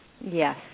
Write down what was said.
Yes